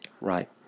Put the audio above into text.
Right